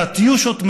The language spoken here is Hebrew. קטיושות,